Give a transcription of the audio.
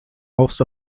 most